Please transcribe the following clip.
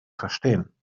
verstehen